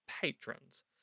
patrons